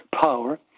power